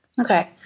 Okay